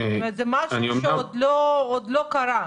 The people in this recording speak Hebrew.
שזה משהו שעוד לא קרה?